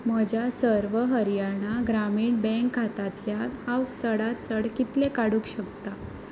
म्हज्या सर्व हरियाणा ग्रामीण बँक खातांतल्यान हांव चडांत चड कितले काडूक शकता